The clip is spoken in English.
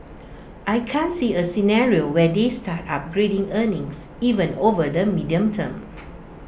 I can't see A scenario where they start upgrading earnings even over the medium term